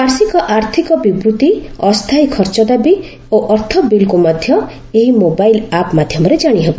ବାର୍ଷିକ ଆର୍ଥିକ ବିବୃଭି ଅସ୍ଥାୟୀ ଖର୍ଚ୍ଚ ଦାବି ଓ ଅର୍ଥ ବିଲ୍କୁ ମଧ୍ୟ ଏହି ମୋବାଇଲ୍ ଆପ୍ ମାଧ୍ୟମରେ ଜାଶିହେବ